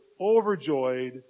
overjoyed